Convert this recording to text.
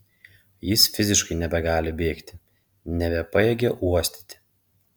jis fiziškai nebegali bėgti nebepajėgia uostyti